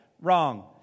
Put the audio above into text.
Wrong